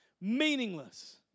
meaningless